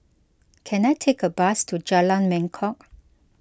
can I take a bus to Jalan Mangkok